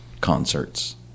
concerts